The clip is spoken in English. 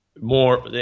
more